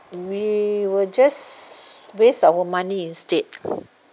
we will just waste our money instead